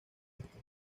esto